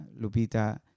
Lupita